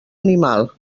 animal